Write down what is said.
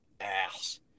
ass